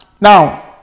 Now